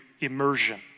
immersion